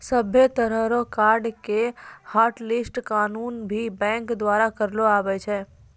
सभ्भे तरह रो कार्ड के हाटलिस्ट केखनू भी बैंक द्वारा करलो जाबै पारै